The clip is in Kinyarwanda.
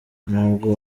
ntabwo